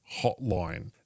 hotline